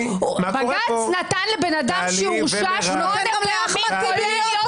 בג"ץ נתן לאדם שהורשע- -- הוא נותן לאחמד טיבי להיות פה